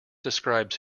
describes